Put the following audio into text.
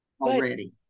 Already